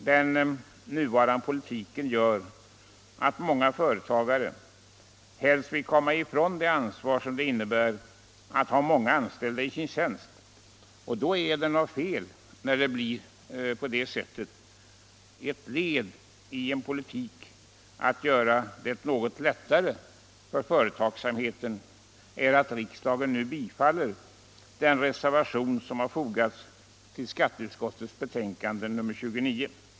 Den nuvarande politiken medför att många företagare helst vill komma ifrån det ansvar som det innebär att ha många anställda i sin tjänst. Det visar att det är något fel på den förda politiken. Ett led i strävandena att göra det något lättare för företagsamheten är att riksdagen bifaller den reservation som har fogats vid skatteutskottets betänkande nr 29.